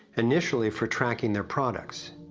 initially for tracking their products.